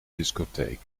discotheek